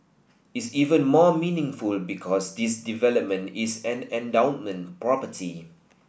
is even more meaningful because this development is an endowment property